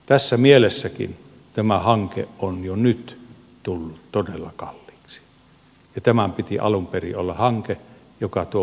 tässäkin mielessä tämä hanke on jo nyt tullut todella kalliiksi ja tämän piti alun perin olla hanke joka tuo miljardien säästön